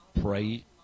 Pray